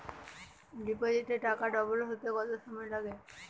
ডিপোজিটে টাকা ডবল হতে কত সময় লাগে?